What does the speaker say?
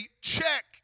check